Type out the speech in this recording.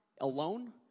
alone